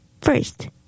First